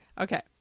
Okay